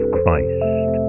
Christ